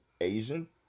Asian